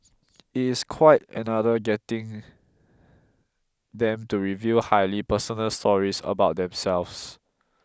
it is quite another getting them to reveal highly personal stories about themselves